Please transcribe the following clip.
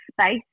space